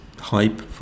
hype